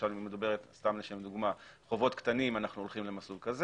סתם לשם דוגמה שבחובות קטנים הולכים למסלול כזה